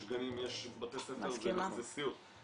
אני אגיד לך משהו בצורה הכי פשוטה שיכולה להיות,